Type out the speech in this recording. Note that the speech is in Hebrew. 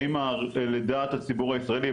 האם לדעת הציבור הישראלי,